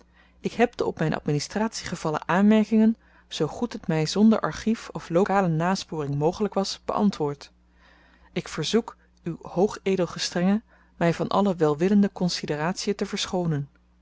ik heb de op myn administratie gevallen aanmerkingen zoo goed het my zonder archief of lokale nasporing mogelyk was beantwoord ik verzoek uhoogedelgestrenge my van alle welwillende konsideratiën te verschoonen